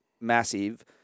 massive